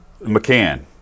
McCann